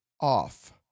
off